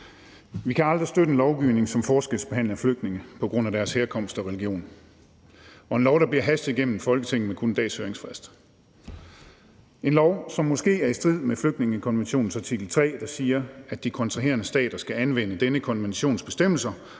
Vi kan aldrig støtte en lovgivning, som forskelsbehandler flygtninge på grund af deres herkomst og religion, og en lov, der bliver hastet igennem Folketinget med kun 1 dags høringsfrist – en lov, som måske er i strid med flygtningekonventionens artikel 3, der siger, at de kontraherende stater skal anvende denne konventions bestemmelser